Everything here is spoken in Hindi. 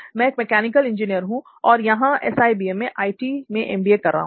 मैं एक मैकेनिकल इंजीनियर हूं और यहां एसआईबीएम में मैं आईटी में एमबीए कर रहा हूं